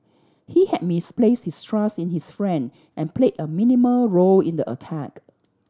he had misplaced his trust in his friend and played a minimal role in the attack